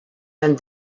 and